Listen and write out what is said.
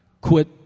quit